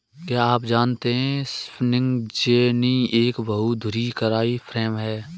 क्या आप जानते है स्पिंनिंग जेनि एक बहु धुरी कताई फ्रेम है?